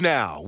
Now